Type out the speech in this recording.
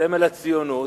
סמל הציונות,